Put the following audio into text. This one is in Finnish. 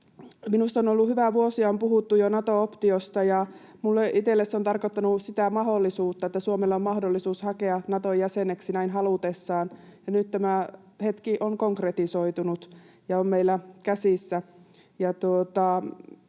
Minusta se on ollut hyvä. Jo vuosia on puhuttu Nato-optiosta, ja minulle itselleni se on tarkoittanut sitä mahdollisuutta, että Suomella on mahdollisuus hakea Naton jäseneksi näin halutessaan, ja nyt tämä hetki on konkretisoitunut ja on meillä käsissä.